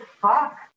fuck